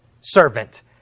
servant